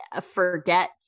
forget